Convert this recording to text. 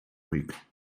week